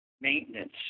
maintenance